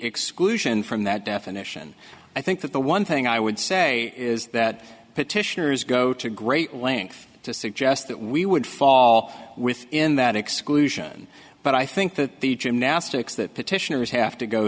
exclusion from that definition i think that the one thing i would say is that petitioners go to great lengths to suggest that we would fall within that exclusion but i think that the gymnastics that petitioners have to go